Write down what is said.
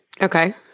Okay